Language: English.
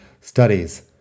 studies